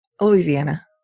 Louisiana